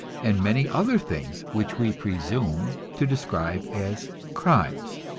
and many other things which we presume to describe as crimes.